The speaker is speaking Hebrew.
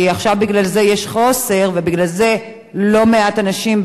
כי עכשיו בגלל זה יש חוסר ובגלל זה לא מעט אנשים,